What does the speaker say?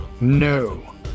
No